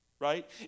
right